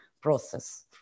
process